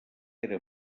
era